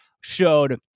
showed